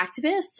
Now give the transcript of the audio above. activists